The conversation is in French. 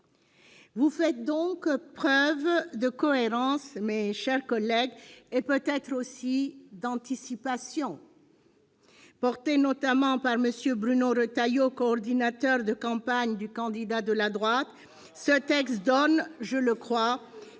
Vous faites donc preuve de cohérence, mes chers collègues, et peut-être aussi d'anticipation ... Porté notamment par M. Bruno Retailleau, coordinateur de campagne du candidat de la droite, ... Et alors ?... ce texte donne, je le crois,